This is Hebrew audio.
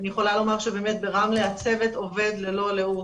אני יכולה לומר שבאמת ברמלה הצוות עובד ללא לאות.